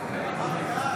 טופורובסקי,